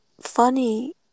funny